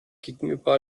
gegenüber